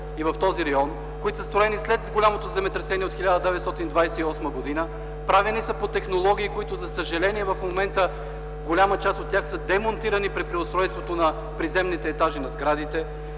в този район, които са строени след голямото земетресение от 1928 г. Правени са по технологии, които за съжаление в момента са демонтирани при преустройството на приземните етажи на сградите,